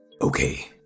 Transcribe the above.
Okay